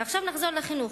ועכשיו נחזור לחינוך.